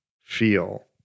feel